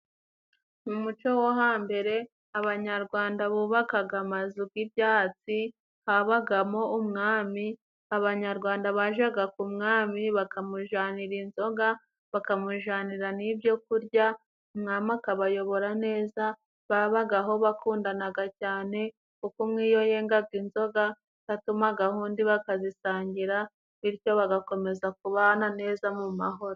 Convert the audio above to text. Mu muco wo hambere, abanyarwanda bubakaga amazu g'ibyatsi habagamo umwami. Abanyarwanda bajaga ku mwami bakamujanira inzoga, bakamujanira n'ibyo kurya, umwami akabayobora neza babagaho bakundanaga cyane kuko iyo umwe yengaga inzoga yatumagaho undi bakazisangira bityo bagakomeza kubana neza mu mahoro.